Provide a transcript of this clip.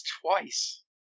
twice